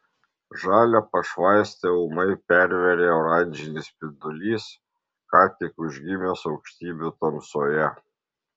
žalią pašvaistę ūmai pervėrė oranžinis spindulys ką tik užgimęs aukštybių tamsoje